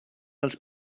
als